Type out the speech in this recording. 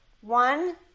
One